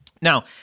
now